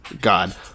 God